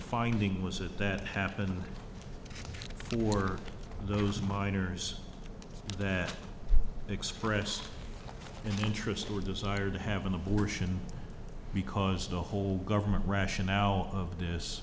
finding was it that happened were those miners express an interest or desire to have an abortion because the whole government rationale of this